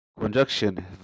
conjunction